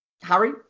Harry